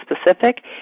specific